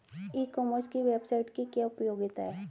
ई commerce की website की क्या उपयोगिता है?